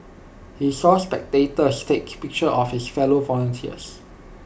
he saw spectators take pictures of his fellow volunteers